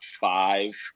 five